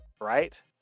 right